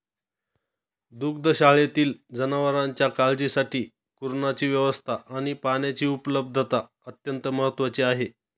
दुग्धशाळेतील जनावरांच्या काळजीसाठी कुरणाची व्यवस्था आणि पाण्याची उपलब्धता अत्यंत महत्त्वाची आहे